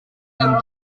and